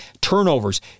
turnovers